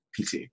PT